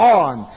on